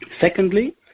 Secondly